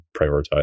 prioritize